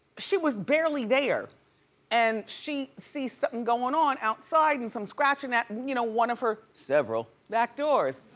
she was barely there and she sees somethin' goin' on outside and some scratching at you know one of her, several, back doors.